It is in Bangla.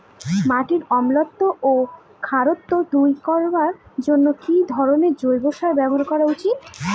মাটির অম্লত্ব ও খারত্ব দূর করবার জন্য কি ধরণের জৈব সার ব্যাবহার করা উচিৎ?